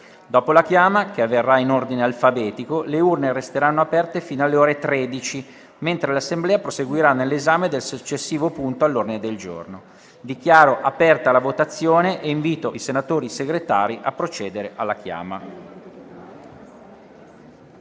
Dopo la chiama, che avverrà in ordine alfabetico, le urne resteranno aperte fino alle ore 13, mentre l'Assemblea proseguirà nell'esame del successivo punto all'ordine del giorno. Dichiaro aperta la votazione e invito il senatore Segretario a procedere all'appello